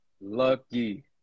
lucky